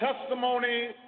testimony